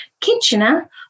Kitchener